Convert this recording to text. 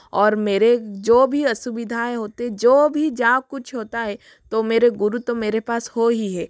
और मेरे जो भी असुविधाएं होतें जो भी जहाँ कुछ होता है तो मेरे गुरु तो मेरे पास हो ही हैं